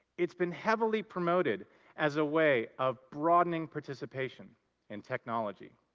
it's been heavily promoted as a way of broadening participation in technology.